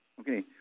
Okay